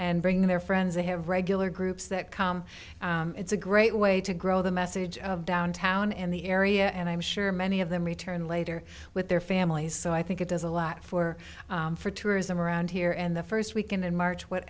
and bringing their friends they have regular groups that come it's a great way to grow the message of downtown in the area and i'm sure many of them return later with their families so i think it does a lot for for tourism around here and the first weekend in march what